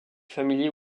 familier